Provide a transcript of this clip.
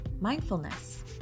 mindfulness